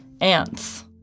ants